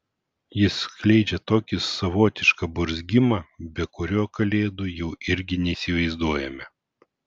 jis skleidžia tokį savotišką burzgimą be kurio kalėdų jau irgi neįsivaizduojame